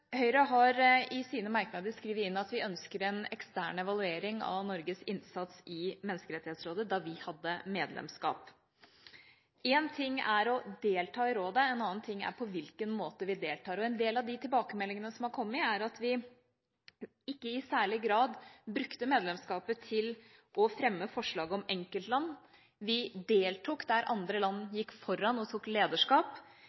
Høyre har i sine merknader skrevet inn at vi ønsker en ekstern evaluering av Norges innsats i Menneskerettighetsrådet da vi hadde medlemskap. Én ting er å delta i rådet, en annen ting er på hvilken måte vi deltar. En del av de tilbakemeldingene som har kommet, er at vi ikke i særlig grad brukte medlemskapet til å fremme forslag om enkeltland. Vi deltok der andre